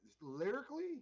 lyrically